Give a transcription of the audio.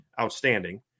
outstanding